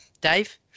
Dave